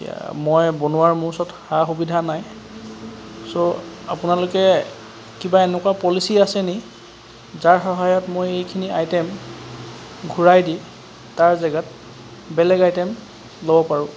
এতিয়া মই বনোৱাৰ মোৰ ওচৰত সা সুবিধা নাই ছ' আপোনালোকে কিবা এনেকুৱা পলিচি আছে নি যাৰ সহায়ত মই এইখিনি আইটেম ঘূৰাই দি তাৰ জেগাত বেলেগ আইটেম ল'ব পাৰোঁ